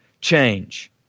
change